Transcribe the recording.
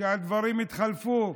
שהדברים התחלפו,